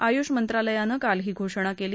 आयुष मंत्रालयानं काल ही घोषणा केली